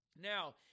Now